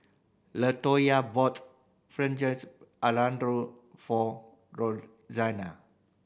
Latoyia bought Fettuccine Alfredo for Roxana